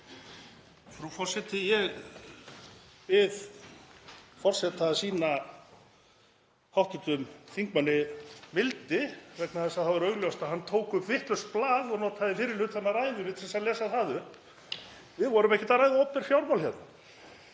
Frú forseti. Ég bið forseta að sýna hv. þingmanni mildi vegna þess að það var augljóst að hann tók upp vitlaust blað og notaði fyrri hlutann af ræðunni til að lesa það upp. Við vorum ekkert að ræða opinber fjármál hérna.